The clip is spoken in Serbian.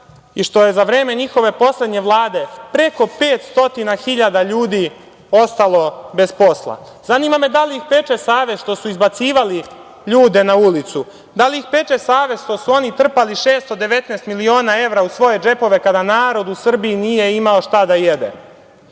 i što je za vreme njihove poslednje Vlade, preko 500 hiljada ljudi ostalo bez posla. Zanima me da li ih peče savest što su izbacivali ljude na ulicu. Da li ih peče savest što su oni trpali 619 miliona evra u svoje džepove kada narod u Srbiji nije imao šta da